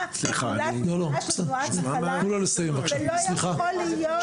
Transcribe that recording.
סיסמא יפה ותו לא ומשפחות לא יכולות לעמוד